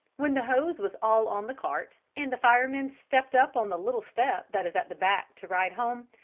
when the hose was all on the cart and the firemen stepped up on the little step that is at the back to ride home,